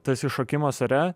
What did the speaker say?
tas išsišokimas ore